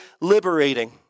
liberating